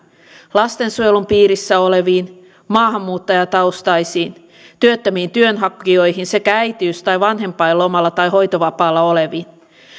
lastensuojelun piirissä oleviin maahanmuuttajataustaisiin työttömiin työnhakijoihin sekä äitiys tai vanhempainlomalla tai hoitovapaalla oleviin